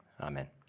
Amen